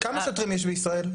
כמה שוטרים יש בישראל?